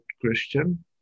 Christian